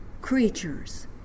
creatures